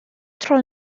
tro